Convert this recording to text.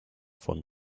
von